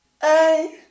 Hey